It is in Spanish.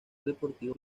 deportivo